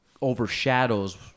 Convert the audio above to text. overshadows